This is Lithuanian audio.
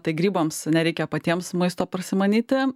tai grybams nereikia patiems maisto prasimanyti